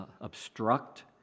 obstruct